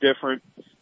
different